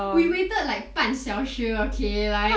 we waited like 半小时 okay like